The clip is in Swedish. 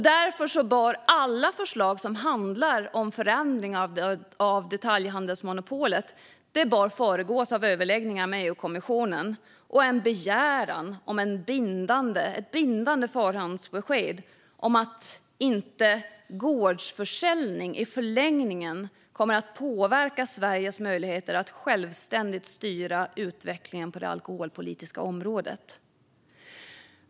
Därför bör alla förslag till förändringar av detaljhandelsmonopolet föregås av överläggningar med EU-kommissionen och av en begäran om ett bindande förhandsbesked om att gårdsförsäljning inte riskerar att i förlängningen påverka Sveriges möjligheter att självständigt styra utvecklingen på det alkoholpolitiska området.